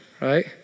right